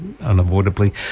unavoidably